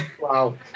Wow